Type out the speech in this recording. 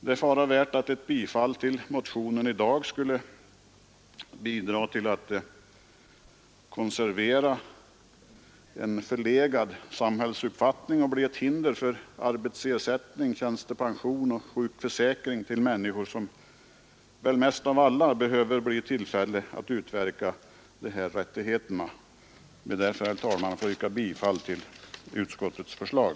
Det är fara värt att ett bifall till motionen i dag skulle bidra till att konservera en förlegad samhällsuppfattning och bli ett hinder för arbetsersättning, tjänstepension och sjukförsäkring till människor som väl mest av alla behöver bli i tillfälle att utverka dessa rättigheter. Jag ber därför, herr talman, att få yrka bifall till utskottets förslag.